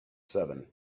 seven